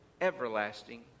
everlasting